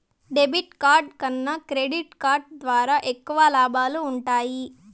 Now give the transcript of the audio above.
debit card కన్నా credit card ద్వారా ఎక్కువ లాబాలు వుంటయ్యి